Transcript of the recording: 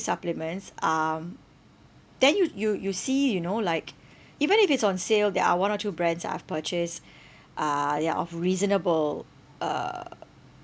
supplements um then you you you see you know like even if it's on sale there are one or two brands that I've purchased uh ya of reasonable uh